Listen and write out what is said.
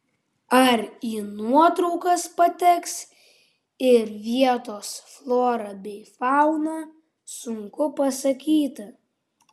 ar į nuotraukas pateks ir vietos flora bei fauna sunku pasakyti